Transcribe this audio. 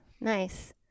nice